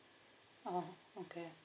oh okay